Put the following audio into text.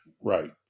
right